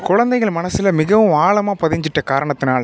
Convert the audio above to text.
குழந்தைங்கள் மனசில் மிகவும் ஆழமாக பதிஞ்சுட்ட காரணத்தினால்